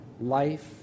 life